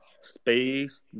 Space